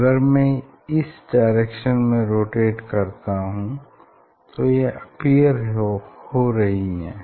अगर मैं इसे इस डायरेक्शन में रोटेट करता हूँ तो यह अपीयर हो रही हैं